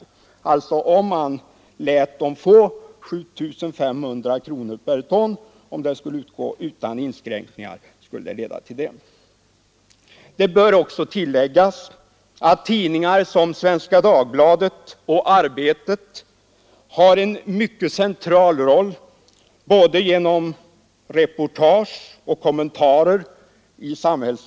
Detta skulle bli följden om man lät dem få 7 500 kronor per ton utan inskränkningar. Det bör tilläggas att tidningar som Svenska Dagbladet och Arbetet har en central roll i samhällsdebatten genom både reportage och kommentarer.